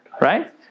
right